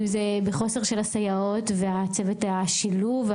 אם זה בחוסר של סייעות וצוות השילוב,